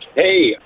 Hey